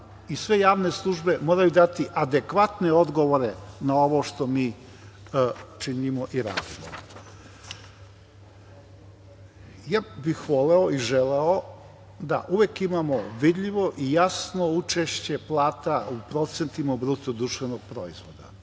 i sve javne službe moraju dati adekvatne odgovore na ovo što mi činimo i radimo. Voleo bih i želeo da uvek imamo vidljivo i jasno učešće plata u procentima BDP. Težićemo i